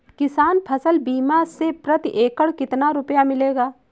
किसान फसल बीमा से प्रति एकड़ कितना रुपया मिलेगा?